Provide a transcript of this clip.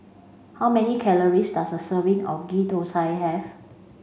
how many calories does a serving of Ghee Thosai have